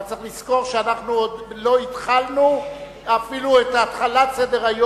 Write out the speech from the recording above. אבל צריך לזכור שאנחנו עוד לא התחלנו אפילו את התחלת סדר-היום,